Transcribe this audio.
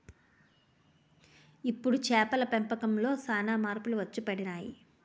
ఇప్పుడు చేపల పెంపకంలో సాన మార్పులు వచ్చిపడినాయి